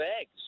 eggs